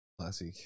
Classic